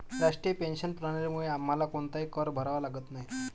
राष्ट्रीय पेन्शन प्रणालीमुळे आम्हाला कोणताही कर भरावा लागत नाही